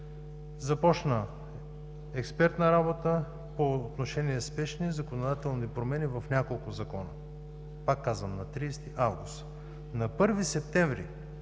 Започна експертна работа по отношение спешни законодателни промени в няколко закона. Пак казвам – на 30 август. На 1 септември,